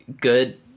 good